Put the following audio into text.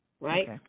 right